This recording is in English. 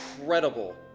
incredible